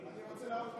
אני רוצה לעלות לענות.